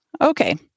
Okay